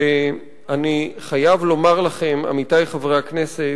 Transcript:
שאני חייב לומר לכם, עמיתי חברי הכנסת,